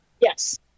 Yes